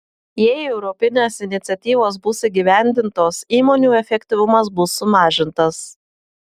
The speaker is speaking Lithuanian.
jei europinės iniciatyvos bus įgyvendintos įmonių efektyvumas bus sumažintas